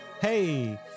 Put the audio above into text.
Hey